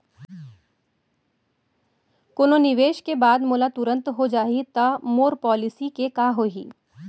कोनो निवेश के बाद मोला तुरंत हो जाही ता मोर पॉलिसी के का होही?